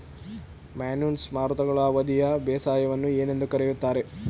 Monsoon ಮಾರುತಗಳ ಅವಧಿಯ ಬೇಸಾಯವನ್ನು ಏನೆಂದು ಕರೆಯುತ್ತಾರೆ?